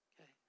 okay